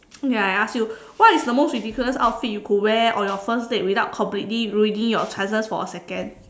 okay I ask you what is the most ridiculous outfit you could wear on your first date without completely ruining your chances for a second